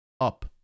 up